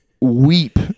weep